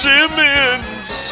Simmons